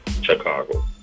Chicago